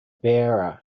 bearer